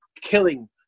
killing